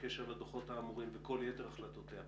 בקשר לדוחות האמורים וכל יתר החלטותיה